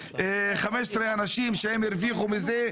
15 אנשים שהם הרוויחו מזה,